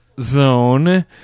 Zone